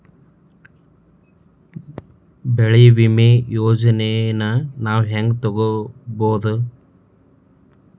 ಬೆಳಿ ವಿಮೆ ಯೋಜನೆನ ನಾವ್ ಹೆಂಗ್ ತೊಗೊಬೋದ್?